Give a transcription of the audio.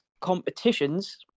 competitions